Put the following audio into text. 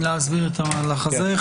להסביר את המהלך הזה.